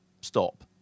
stop